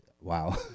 wow